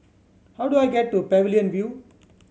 how do I get to Pavilion View